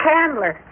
Candler